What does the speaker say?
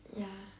ya